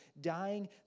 dying